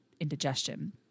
indigestion